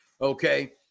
okay